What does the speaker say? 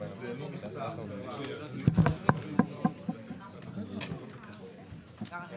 עסקאותיו בין 50 אלף שקלים